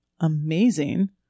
amazing